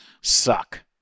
suck